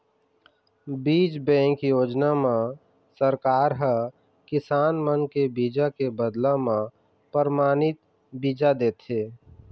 बीज बेंक योजना म सरकार ह किसान मन के बीजा के बदला म परमानित बीजा देथे